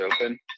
open